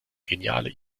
geniale